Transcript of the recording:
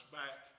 back